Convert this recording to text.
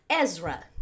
Ezra